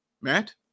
Matt